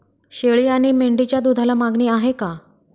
शेळी आणि मेंढीच्या दूधाला मागणी आहे का?